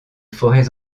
forêts